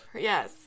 Yes